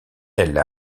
elle